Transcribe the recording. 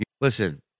listen